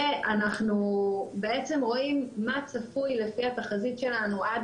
ואנחנו בעצם רואים מה צפוי לפי התחזית שלנו עד